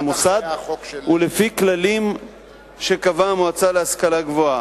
המוסד ולפי כללים שקבעה המועצה להשכלה גבוהה.